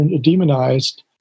demonized